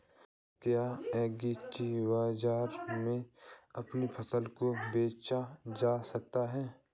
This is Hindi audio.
क्या एग्रीबाजार में अपनी फसल को बेचा जा सकता है?